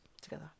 together